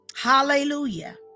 hallelujah